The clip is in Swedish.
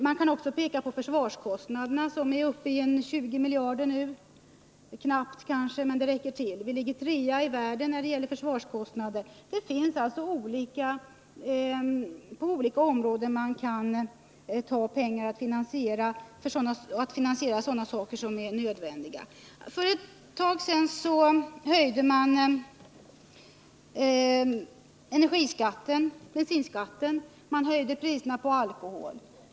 Man kan peka på försvarskostnaderna som nu är uppe i knappt 20 miljarder. Vi ligger trea i världen när det gäller försvarskostnader. Det finns alltså på olika områden pengar som man kan ta för att finansiera sådana saker som är nödvändiga. För ett tag sedan höjde man energiskatten, bensinskatten, priserna på alkohol.